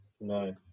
No